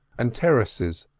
and terraces,